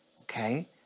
okay